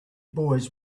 boys